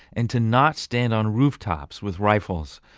and to not stand on rooftops with rifles.